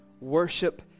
worship